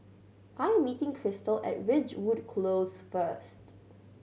I am meeting Christal at Ridgewood Close first